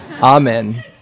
Amen